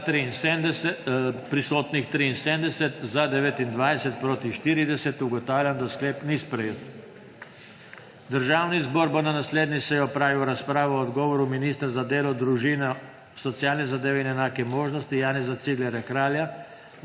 je glasovalo 29.) (Proti 40.) Ugotavljam, da sklep ni sprejet. Državni zbor bo na naslednji seji opravil razpravo o odgovoru ministra za delo, družino, socialne zadeve in enake možnosti Janeza Ciglerja Kralja